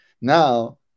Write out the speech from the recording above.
Now